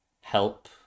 help